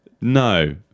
No